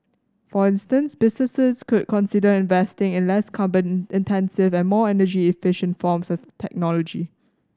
for instance businesses could consider investing in less carbon intensive and more energy efficient forms of technology